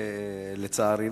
לצערי,